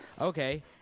Okay